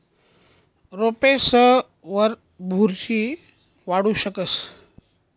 रोपेसवर बुरशी वाढू शकस